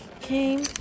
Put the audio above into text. came